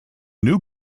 new